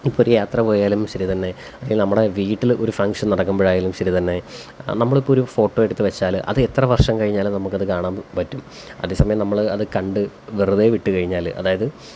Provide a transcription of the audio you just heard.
ഇപ്പം ഒരു യാത്ര പോയാലും ശരി തന്നെ അല്ലെങ്കിൽ നമ്മുടെ വീട്ടില് ഒരു ഫങ്ഷന് നടക്കുമ്പോൾ ആയാലും ശരിതന്നെ നമ്മൾ ഇപ്പോൾ ഒരു ഫോട്ടോ എടുത്തുവെച്ചാല് അത് എത്ര വര്ഷം കഴിഞ്ഞാലും നമുക്കത് കാണാന് പറ്റും അതേസമയം നമ്മള് അത് കണ്ട് വെറുതെവിട്ട് കഴിഞ്ഞാല് അതായത്